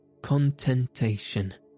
contentation